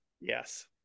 Yes